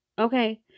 Okay